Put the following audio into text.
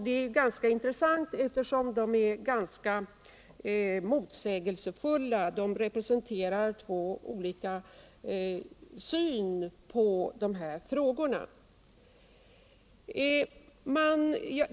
Det är intressant, eftersom de båda framställningarna är ganska motsägelsefulla — de representerar två olika sätt att se på dessa problem.